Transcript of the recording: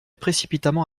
précipitamment